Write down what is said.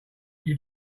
you